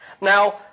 Now